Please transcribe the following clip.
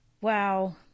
Wow